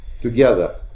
together